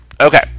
okay